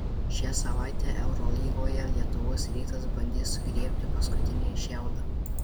šią savaitę eurolygoje lietuvos rytas bandys sugriebti paskutinį šiaudą